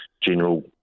general